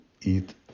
eat